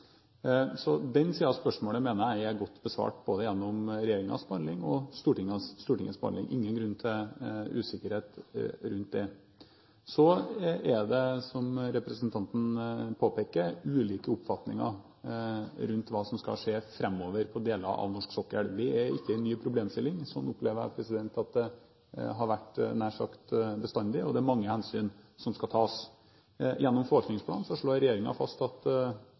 Så den siden av spørsmålet mener jeg er godt besvart, både gjennom regjeringens behandling og Stortingets behandling. Det er ingen grunn til usikkerhet rundt det. Så er det, slik representanten påpeker, ulike oppfatninger rundt hva som skal skje framover på deler av norsk sokkel. Det er ikke en ny problemstilling. Slik opplever jeg at det har vært nær sagt bestandig, og det er mange hensyn som skal tas. Gjennom forvaltningsplanen slår regjeringen fast at